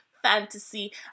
Fantasy